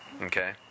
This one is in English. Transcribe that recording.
Okay